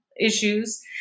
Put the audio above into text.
issues